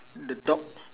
the dog